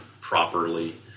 properly